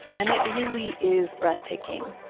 and it really is breathtaking.